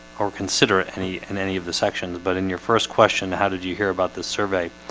or consider any in any of the sections, but in your first question, how did you hear about this survey?